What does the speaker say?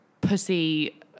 pussy